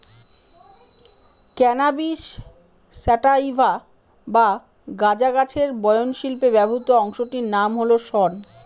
cannabis sativa বা গাঁজা গাছের বয়ন শিল্পে ব্যবহৃত অংশটির নাম হল শন